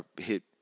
hit